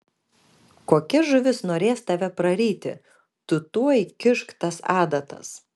kokia žuvis norės tave praryti tu tuoj kišk tas adatas